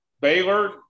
Baylor